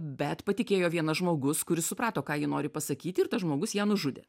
bet patikėjo vienas žmogus kuris suprato ką ji nori pasakyti ir tas žmogus ją nužudė